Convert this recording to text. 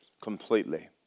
completely